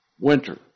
Winter